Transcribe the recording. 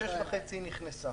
בשש וחצי היא נכנסה.